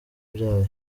byayo